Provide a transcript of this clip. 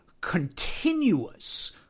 continuous